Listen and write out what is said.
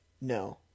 No